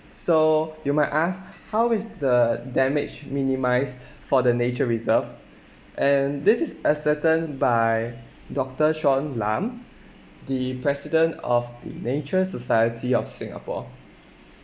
so you might ask how is the damage minimised for the nature reserve and this is ascertained by doctor shawn lum the president of the nature society of singapore